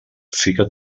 fica